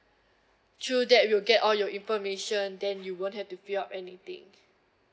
through that you'll get all your information then you won't have to fill up anything